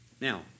Now